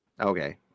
Okay